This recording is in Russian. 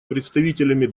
представителями